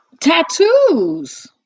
Tattoos